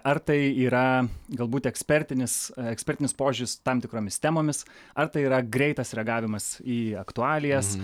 ar tai yra galbūt ekspertinis ekspertinis požiūris tam tikromis temomis ar tai yra greitas reagavimas į aktualijas